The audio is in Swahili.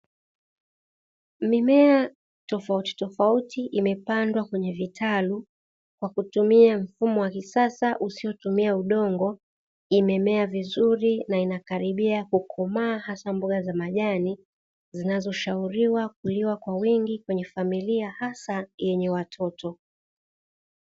Mimea tofautitofauti imepandwa kwenye vitalu kwa kutumia mfumo wa kisasa kisichotumia udongo, imemmea vizuri na inakaribia kukomaa hasa mboga za majani zinazoshauriwa kuliwa kwa wingi kwenye familia hasa yenye watoto.